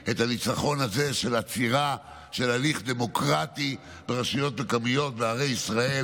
את הניצחון הזה של עצירה של הליך דמוקרטי ברשויות מקומיות בערי ישראל.